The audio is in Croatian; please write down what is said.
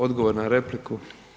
Odgovor na repliku.